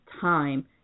time